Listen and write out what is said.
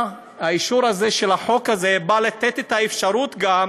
האישור של החוק הזה בא לתת את האפשרות גם